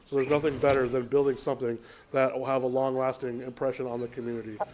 there's nothing better than building something that will have a long lasting impression on the community.